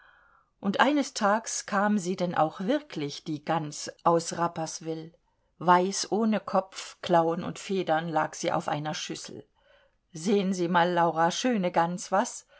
und eines tags kam sie denn auch wirklich die gans aus rapperswyl weiß ohne kopf klauen und federn lag sie auf einer schüssel sehen sie mal laura schöne gans was